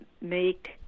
make